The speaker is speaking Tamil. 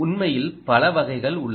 உண்மையில் பல வகைகள் உள்ளன